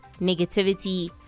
negativity